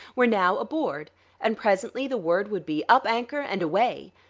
were now aboard and presently the word would be, up-anchor and away!